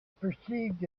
perceived